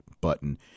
button